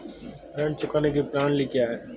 ऋण चुकाने की प्रणाली क्या है?